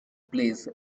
plays